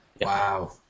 wow